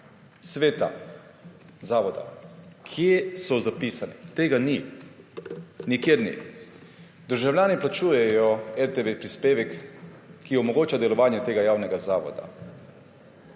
sveta zavoda? Kje je tozapisano? Tega ni. Nikjer ni. Državljani plačujejo prispevek RTV, ki omogoča delovanje tega javnega zavoda.